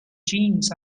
jeans